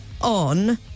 on